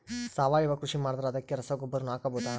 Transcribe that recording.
ಸಾವಯವ ಕೃಷಿ ಮಾಡದ್ರ ಅದಕ್ಕೆ ರಸಗೊಬ್ಬರನು ಹಾಕಬಹುದಾ?